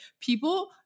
people